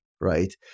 right